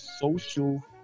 social